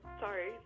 Sorry